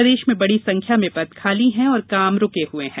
प्रदेश में बड़ी संख्या में पद खाली हैं और काम रुके हुए हैं